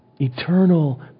eternal